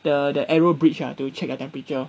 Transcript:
the the aero bridge ah to check the temperature